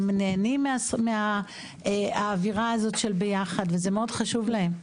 הם נהנים מהאווירה הזאת של ביחד וזה מאוד חשוב להם.